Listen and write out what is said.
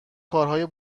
کارهای